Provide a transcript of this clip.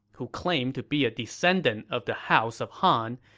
who claimed to be a descendant of the house of han,